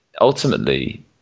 Ultimately